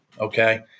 Okay